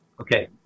okay